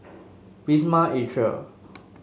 Wisma Atria